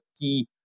key